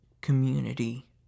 community